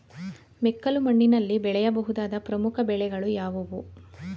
ಮೆಕ್ಕಲು ಮಣ್ಣಿನಲ್ಲಿ ಬೆಳೆಯ ಬಹುದಾದ ಪ್ರಮುಖ ಬೆಳೆಗಳು ಯಾವುವು?